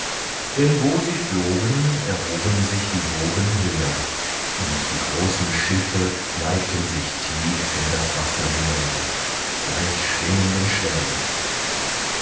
denn wo sie flogen erhoben sich die wogen höher und die großen schiffe neigten sich tief in das wasser hinunter gleich schwimmenden schwänen